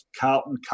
Carlton